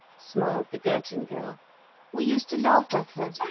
smiled the girton girl we used to laugh at her.